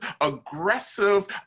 aggressive